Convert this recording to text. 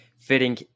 fitting